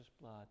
blood